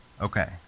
okay